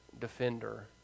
defender